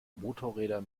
motorräder